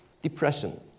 Depression